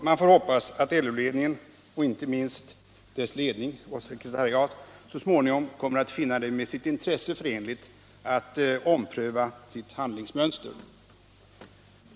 Man får hoppas att LO-ledningen, och inte minst dess chef, så småningom kommer att finna det med sitt intresse förenligt att ompröva sitt handlingsmönster.